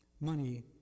money